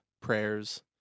prayers